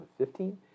2015